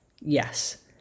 Yes